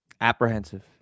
apprehensive